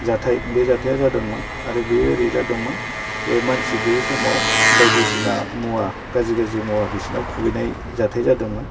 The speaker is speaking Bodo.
जाथाय बे जाथाया जादोंमोन आरो बेयो ओरै जादोंमोन जे मानसि गैयै समाव बायदिसिना मुवा गाज्रि गाज्रि मुवा बिसिनाव खुबैनाय जाथाय जादोंमोन